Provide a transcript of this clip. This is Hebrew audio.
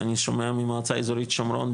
מה שאני שומע מהמועצה האיזורית שומרון,